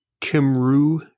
Kimru